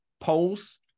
polls